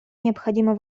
необходимо